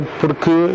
porque